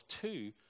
two